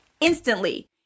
instantly